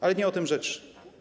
Ale nie w tym rzecz.